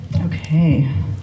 Okay